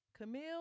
Camille